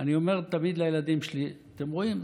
אני אומר תמיד לילדים שלי: אתם רואים,